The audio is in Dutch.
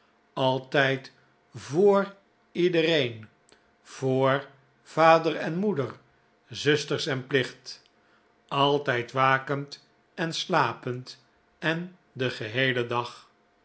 altijd voor iedereen voor vader en moeder zusters en plicht altijd wakend en slapend en den geheelen dag